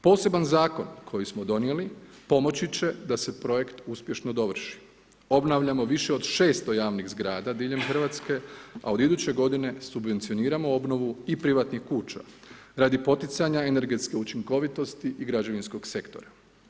Poseban zakon koji smo donijeli pomoći će da se projekt uspješno dovrši, obnavljamo više od 600 javnih zgrada diljem Hrvatske, a od iduće godine subvencioniramo obnovu i privatnih kuća radi poticanja energetske učinkovitosti i građevinskog sektora.